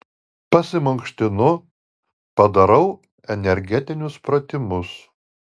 pasimankštinu padarau energetinius pratimus